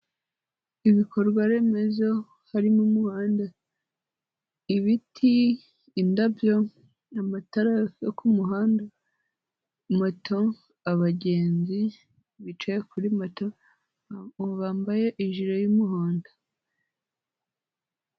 Ibikorwaremezo harimo umuhanda, ibiti, indabyo, amatara yo ku muhanda, moto, abagenzi bicaye kuri moto; bambaye ijire y'umuhondo.